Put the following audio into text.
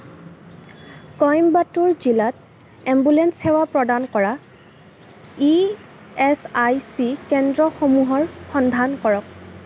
কইম্বাটোৰ জিলাত এম্বুলেন্স সেৱা প্ৰদান কৰা ই এচ আই চি কেন্দ্ৰসমূহৰ সন্ধান কৰক